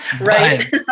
Right